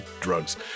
drugs